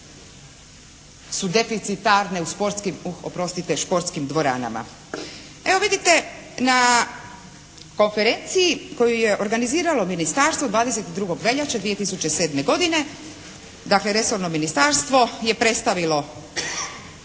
oprostite športskim dvoranama. Evo vidite na konferenciji koju je organiziralo Ministarstvo 22. veljače 2007. godine dakle resorno Ministarstvo je predstavilo